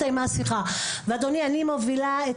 אדוני, אני מובילה את